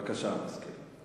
בבקשה, אדוני המזכיר.